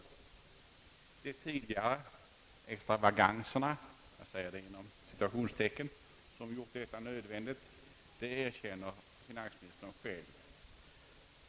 Det är de tidigare »extravaganserna» som gjort detta nödvändigt, det erkänner finansministern själv.